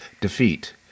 defeat